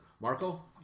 Marco